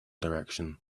direction